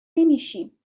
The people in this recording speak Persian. نمیشیم